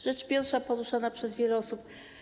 Rzecz pierwsza, poruszana przez wiele osób.